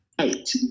Eight